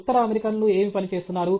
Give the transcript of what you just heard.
ఉత్తర అమెరికన్లు ఏమి పని చేస్తున్నారు